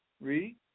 Read